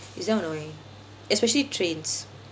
it's damn annoying especially trains